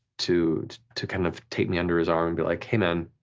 to to kind of take me under his arm and be like hey man,